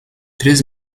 três